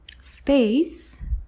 Space